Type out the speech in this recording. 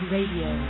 Radio